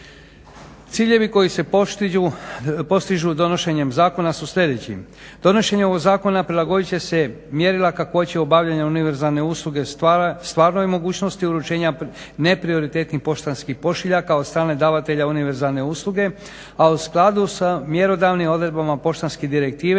Ciljevi koji se postižu donošenjem zakona su sljedeći. Donošenje ovoga zakona prilagoditi će se mjerila kakvoće obavljanja univerzalne usluge stvarnoj mogućnosti uručenja neprioritetnih poštanskih pošiljaka od strane davatelja univerzalne usluge a u skladu sa mjerodavnim odredbama poštanske direktive